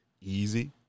Easy